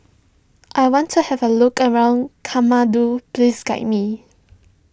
I want to have a look around Kathmandu please guide me